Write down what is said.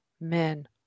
men